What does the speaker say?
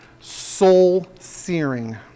soul-searing